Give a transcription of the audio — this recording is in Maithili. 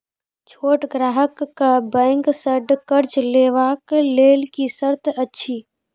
छोट ग्राहक कअ बैंक सऽ कर्ज लेवाक लेल की सर्त अछि?